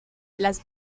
las